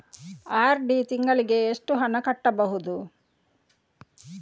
RD ತಿಂಗಳಿಗೆ ಎಷ್ಟು ಹಣ ಕಟ್ಟಬಹುದು?